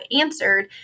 answered